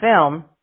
film